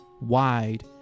wide